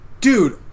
Dude